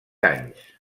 anys